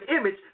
image